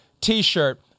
t-shirt